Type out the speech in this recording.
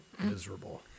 Miserable